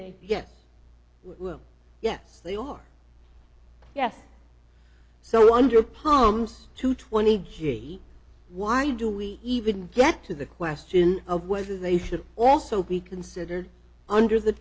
yes yes they are yes so under palms to twenty g why do we even get to the question of whether they should also be considered under the